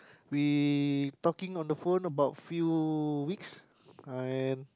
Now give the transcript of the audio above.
we talking on the phone about few weeks and